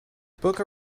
book